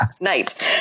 night